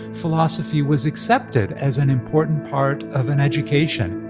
philosophy was accepted as an important part of an education.